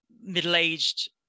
middle-aged